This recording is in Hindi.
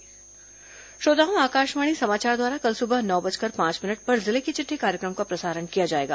जिले की चिट्ठी श्रोताओं आकाशवाणी समाचार द्वारा कल सुबह नौ बजकर पांच मिनट पर जिले की चिट्ठी कार्यक्रम का प्रसारण किया जाएगा